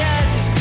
end